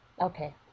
Okay